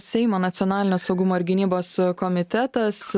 seimo nacionalinio saugumo ir gynybos komitetas